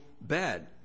bad